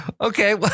Okay